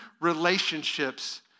relationships